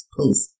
Please